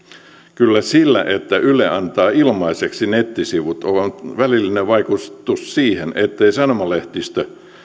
kyllä sillä että yle antaa ilmaiseksi nettisivut on välillinen vaikutus siihen ettei sanomalehdistö